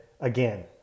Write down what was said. again